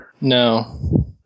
no